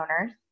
owners